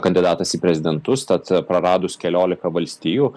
kandidatas į prezidentus tad praradus keliolika valstijų